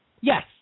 Yes